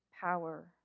power